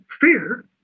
fear